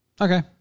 Okay